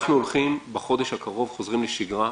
אנחנו הולכים בחודש הקרוב לחזור לשגרה,